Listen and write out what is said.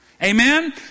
Amen